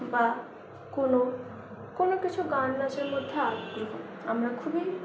বা কোন কোন কিছু গান নাচের মধ্যে আগ্রহী আমরা খুবই